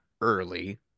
early